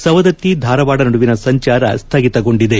ಸವದತ್ತಿ ಧಾರವಾಡ ನಡುವಿನ ಸಂಚಾರ ಸ್ಥಗಿತಗೊಂಡಿದೆ